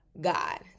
God